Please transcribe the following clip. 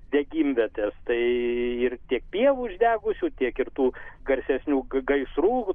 degimvietės tai ir tiek pievų išdegusių tiek ir tų garsesnių gaisrų